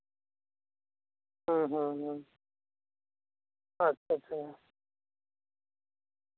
ᱦᱩᱸ ᱦᱩᱸ ᱦᱩᱸ ᱟᱪᱪᱷᱟ ᱟᱪᱪᱷᱟ ᱟᱪᱪᱷᱟ